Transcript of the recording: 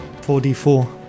4d4